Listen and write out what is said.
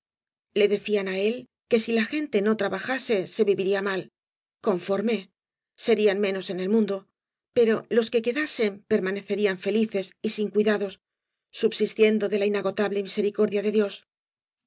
la decían á él que sí la gante no trabajase se viviría mal conforme serían menos en el mundo pero los que quedasen permanecerían felices y sin cuidados sub bístiendo de la inagotable misericordia de dios